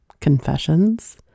confessions